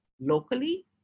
locally